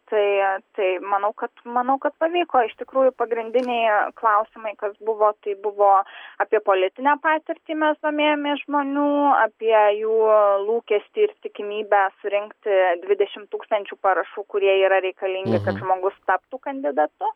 tai tai manau kad manau kad pavyko iš tikrųjų pagrindiniai klausimai kas buvo tai buvo apie politinę patirtį mes domėjomės žmonių apie jų lūkestį ir tikimybę surinkti dvidešimt tūkstančių parašų kurie yra reikalingi kad žmogus tapu kandidatu